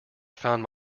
found